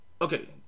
Okay